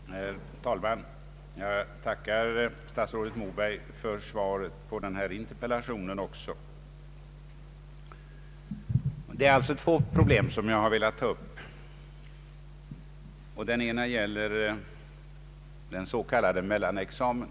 Herr talman! Jag tackar statsrådet Moberg för svaret även på denna interpellation. Jag har således velat ta upp två problem, av vilka det ena gäller den s.k. mellanexamen.